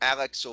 Alex